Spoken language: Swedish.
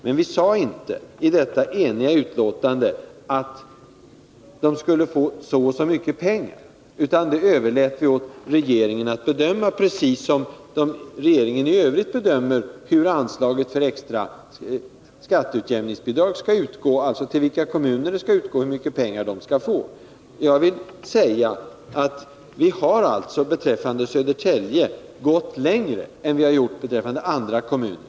Men vi sade inte i detta enhälliga uttalande att Södertälje kommun skulle få så och så mycket pengar, utan det överlät vi åt regeringen att bedöma — precis som regeringen i övrigt bedömer hur anslaget för extra skatteutjämningsbidrag skall utgå; till vilka kommuner de skall utgå och hur mycket pengar de skall få. Vi har alltså beträffande Södertälje gått längre än vi har gjort beträffande andra kommuner.